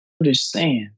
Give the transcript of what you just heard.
understand